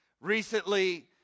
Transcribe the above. Recently